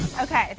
okay,